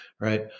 right